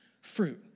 fruit